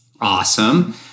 Awesome